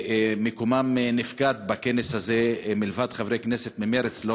שמקומם נפקד בכנס הזה מלבד חברי כנסת ממרצ לא